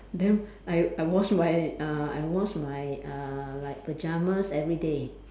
then I I wash my uh I wash my uh like pyjamas everyday